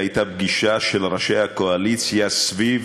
הייתה פגישה של ראשי הקואליציה סביב,